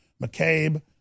McCabe